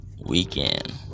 weekend